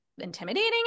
intimidating